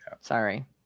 sorry